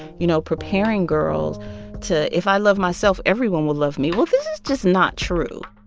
you know, preparing girls to if i love myself, everyone will love me well, this is just not true